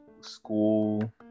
school